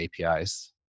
APIs